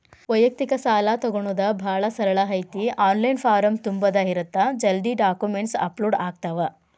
ವ್ಯಯಕ್ತಿಕ ಸಾಲಾ ತೊಗೋಣೊದ ಭಾಳ ಸರಳ ಐತಿ ಆನ್ಲೈನ್ ಫಾರಂ ತುಂಬುದ ಇರತ್ತ ಜಲ್ದಿ ಡಾಕ್ಯುಮೆಂಟ್ಸ್ ಅಪ್ಲೋಡ್ ಆಗ್ತಾವ